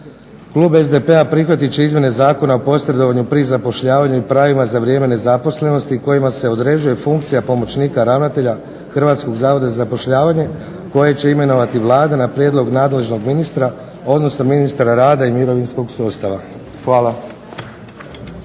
Klub SDP-a prihvatit će izmjene Zakona o posredovanju pri zapošljavanju i pravima za vrijeme nezaposlenosti kojima se određuje funkcija pomoćnika ravnatelja Hrvatskog zavoda za zapošljavanje kojeg će imenovati Vlada na prijedlog nadležnog ministra, odnosno ministra rada i mirovinskog sustava. Hvala.